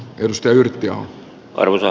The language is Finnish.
pyrstö yrttiaho arveli